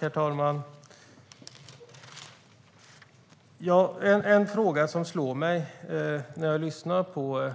Herr talman! Det är något som slår mig när jag lyssnar på